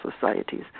societies